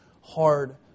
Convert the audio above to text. hard